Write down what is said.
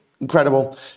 Incredible